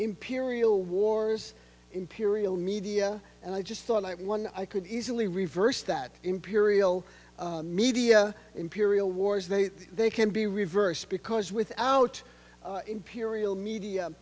imperial wars imperial media and i just thought like one i could easily reverse that imperial media imperial wars they they can be reversed because without imperial media